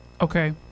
Okay